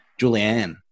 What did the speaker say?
Julianne